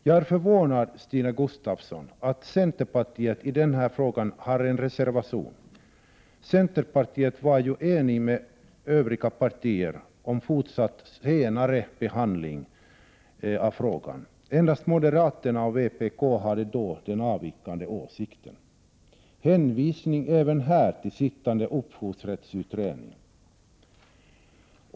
Jag är förvånad, Stina Gustavsson, att centerpartiet i den här frågan har en reservation. Centerpartiet var ju ense med övriga partier om fortsatt senare behandling av frågan. Endast moderaterna och vpk hade då den avvikande åsikten. Även här hänvisar jag till den sittande upphovsrättsutredningen.